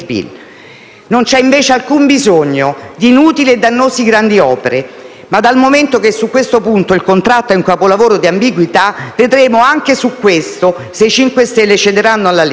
Non c'è invece alcun bisogno di inutili e dannose grandi opere, ma dal momento che su questo punto il contratto è un capolavoro di ambiguità, vedremo anche su questo se il MoVimento 5 Stelle cederà alla Lega.